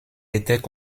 étaient